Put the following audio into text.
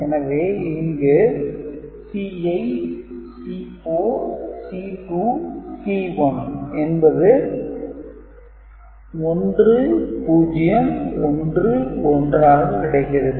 எனவே இங்கு C8 C4 C2 C1 என்பது 1011ஆக கிடைக்கிறது